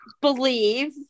believe